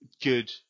good